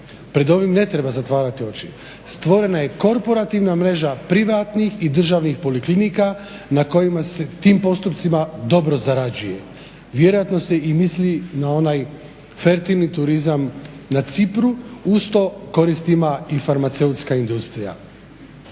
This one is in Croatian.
Pred ovim ne treba zatvarati oči. Stvorena je korporativna mreža privatnih i državnih poliklinika na kojima se tim postupcima dobro zarađuje. Vjerojatno se misli na onaj fertilni turizam na Cipru uz to korist ima i farmaceutska industrija.